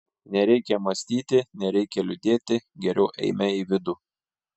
nereikia mąstyti nereikia liūdėti geriau eime į vidų